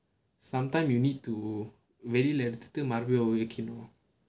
sometime you need to வெளில எடுத்துட்டு மறுபடியும் அத வைக்கணும்:velila eduthuttu marupadiyum atha vaikkanum